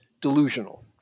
delusional